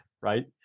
Right